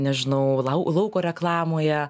nežinau lau lauko reklamoje